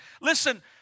Listen